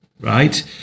right